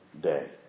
day